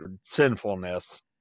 sinfulness